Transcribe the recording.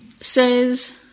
says